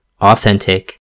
authentic